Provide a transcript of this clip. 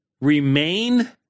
remain